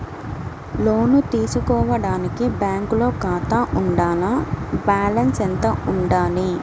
లోను తీసుకోవడానికి బ్యాంకులో ఖాతా ఉండాల? బాలన్స్ ఎంత వుండాలి?